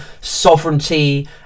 sovereignty